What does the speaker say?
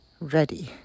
ready